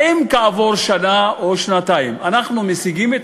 האם כעבור שנה או שנתיים אנחנו משיגים את